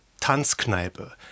Tanzkneipe